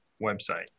website